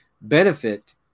benefit